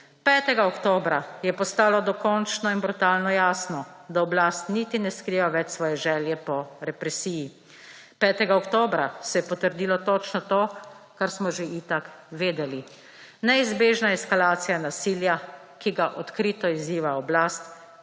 5. oktobra je postalo dokončno in brutalno jasno, da oblast niti ne skriva več svoje želje po represiji. 5. oktobra se je potrdilo točno to, kar smo že itak vedeli. Neizbežna eskalacija nasilja, ki ga odkrito izziva oblast,